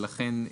לכן,